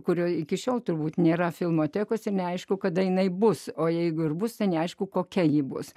kurio iki šiol turbūt nėra filmotekos ir neaišku kada jinai bus o jeigu ir bus seniai aišku kokia ji bus